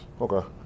Okay